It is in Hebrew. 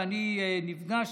ואני נפגשתי,